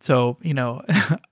so you know